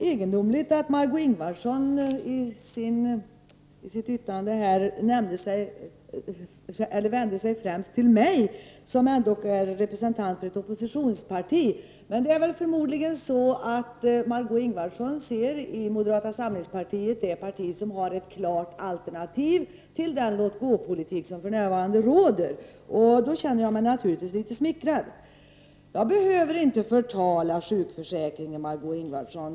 Fru talman! Jag tycker att det var egendomligt att Margö Ingvardsson i sitt anförande vände sig främst till mig som ändå är representant för ett oppositionsparti. Men Margö Ingvardsson ser förmodligen moderata samlingspartiet som det parti som har ett klart alternativ till den låt-gå-politik som för närvarande förs. Då känner jag mig naturligtvis litet smickrad. Jag behöver inte förtala sjukförsäkringen, Margö Ingvardsson.